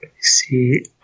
see